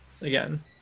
again